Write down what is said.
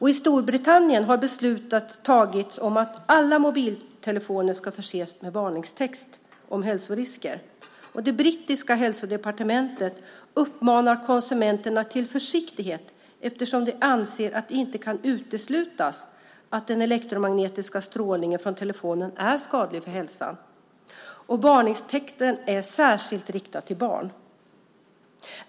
I Storbritannien har beslut tagits om att alla mobiltelefoner ska förses med varningstext om hälsorisker. Det brittiska hälsodepartementet uppmanar konsumenterna till försiktighet eftersom man där anser att det inte kan uteslutas att den elektromagnetiska strålningen från telefonen är skadlig för hälsan. Varningstexten är särskilt riktad till barn.